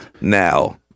now